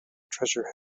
treasure